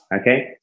Okay